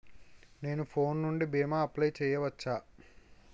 నేను ఫోన్ నుండి భీమా అప్లయ్ చేయవచ్చా?